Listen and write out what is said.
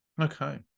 Okay